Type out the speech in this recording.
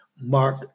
Mark